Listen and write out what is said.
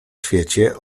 świecie